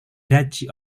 duchy